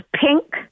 pink